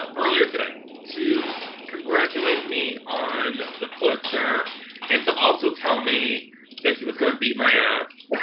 ah earlier today, to congratulate me on the pulitzer and to also tell me that he was gonna beat my ass.